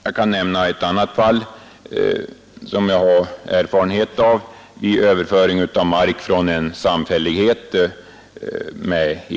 Jag kan nämna ett för mig bekant fall som avsåg överföring av mark från en samfällighet.